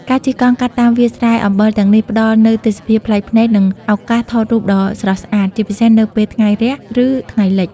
ការជិះកង់កាត់តាមវាលស្រែអំបិលទាំងនេះ ផ្តល់នូវទេសភាពប្លែកភ្នែក និងឱកាសថតរូបដ៏ស្រស់ស្អាត ជាពិសេសនៅពេលថ្ងៃរះ ឬថ្ងៃលិច។